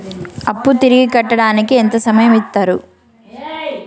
అప్పు తిరిగి కట్టడానికి ఎంత సమయం ఇత్తరు?